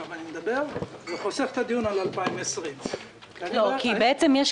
עכשיו אני מדבר וחוסך את הדיון על 2020. בעצם יש